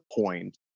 point